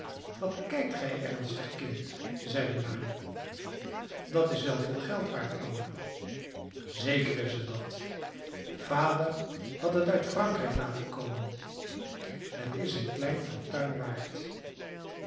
wat kijkt gij ernstig kind zeide marie dat is wel veel geld waard mama zeker is het dat vader had het uit frankrijk laten komen het is een klein fortuin waard